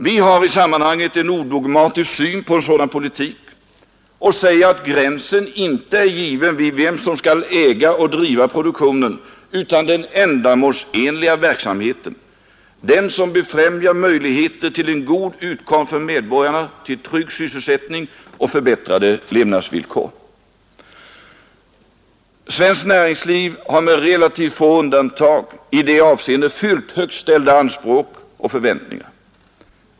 Vi har i sammanhanget en odogmatisk syn på en sådan politik och säger att gränsen inte är given för vem som skall äga och driva produktionen, utan den bestäms av den ändamålsenliga verksamheten, den som befrämjar möjligheter till en god utkomst för medborgarna, till trygg sysselsättning och förbättrade levnadsvillkor. Svenskt näringsliv har med relativt få undantag i det avseendet fyllt högt ställda anspråk och förväntningar.